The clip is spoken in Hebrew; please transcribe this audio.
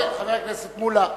חבר הכנסת מולה,